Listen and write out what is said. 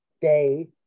day